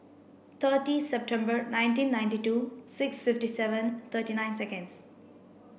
thirty September nineteen ninety two six fifty seven thirty nine seconds